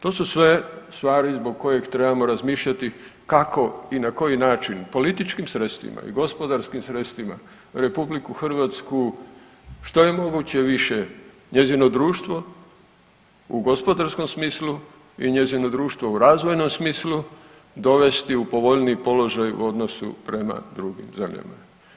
To su sve stvari zbog kojih trebamo razmišljati kako i na koji način političkim sredstvima i gospodarskim sredstvima RH što je moguće više, njezino društvo u gospodarskom smislu i njezino društvo u razvojnom smislu dovesti u povoljniji položaj u odnosu prema drugim zemljama.